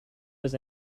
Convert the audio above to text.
was